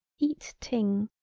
eat ting,